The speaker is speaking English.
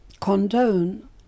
condone